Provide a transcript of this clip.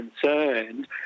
concerned